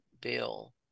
Bill